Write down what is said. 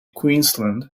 queensland